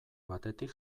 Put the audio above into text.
batetik